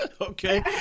okay